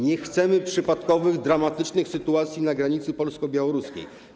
Nie chcemy przypadkowych dramatycznych sytuacji na granicy polsko-białoruskiej.